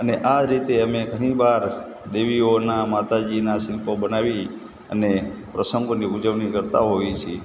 અને આ રીતે અમે ઘણીવાર દેવીઓનાં માતાજીનાં શિલ્પો બનાવી અને પ્રસંગોની ઉજવણી કરતા હોઇએ છીએ